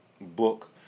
book